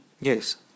Yes